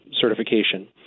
certification